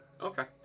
Okay